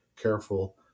careful